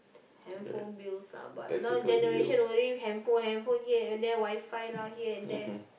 handphone bills lah but now generation worry handphone handphone here and there Wi-Fi lah here and there